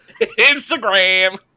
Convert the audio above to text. Instagram